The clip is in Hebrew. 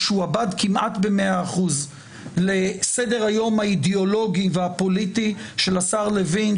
ישועבד כמעט במאה אחוז לסדר היום האידיאולוגי והפוליטי של השר לווין,